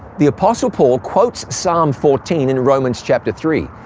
the apostle paul quotes psalm fourteen in romans chapter three,